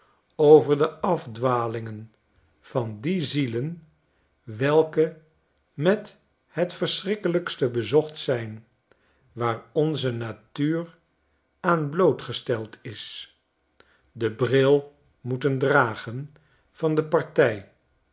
over de afdwalingen van die zielen welke met het verschrikkelijkste bezocht zijn waar onze natuur aan blootgesteld is den bril moeten dragen van de partij